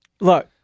Look